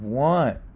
want